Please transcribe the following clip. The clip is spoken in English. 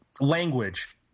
language